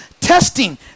testing